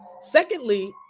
Secondly